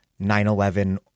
9-11